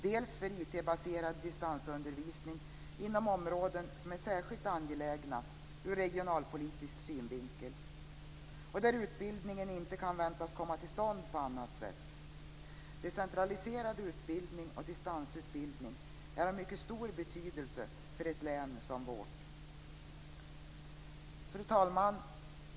Det gäller då också IT-baserad distansundervisning inom områden som är särskilt angelägna ur regionalpolitisk synvinkel och där utbildningen inte kan väntas komma till stånd på annat sätt. Decentraliserad utbildning och distansutbildning är av mycket stor betydelse för ett län som vårt. Fru talman!